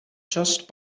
just